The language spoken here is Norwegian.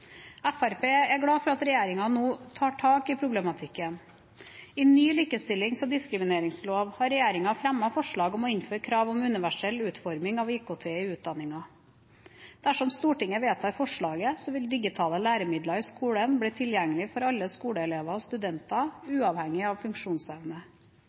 er glad for at regjeringen nå tar tak i problematikken. I ny likestillings- og diskrimineringslov har regjeringen fremmet forslag om å innføre krav om universell utforming av IKT i utdanningen. Dersom Stortinget vedtar forslaget, vil digitale læremidler i skolen bli tilgjengelig for alle skoleelever og studenter,